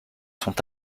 sont